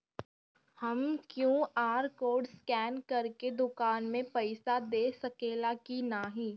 हम QR code scan करके दुकान में पईसा दे सकेला की नाहीं?